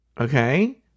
Okay